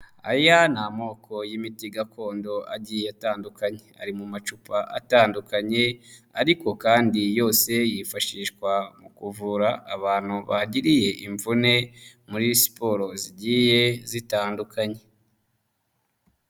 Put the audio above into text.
Aya ni amoko y'imiti gakondo agiye atandukanye. Ari mu macupa atandukanye, ariko kandi yose yifashishwa mu kuvura abantu bagiriye imvune muri siporo zigiye zitandukanye.